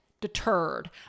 deterred